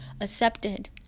accepted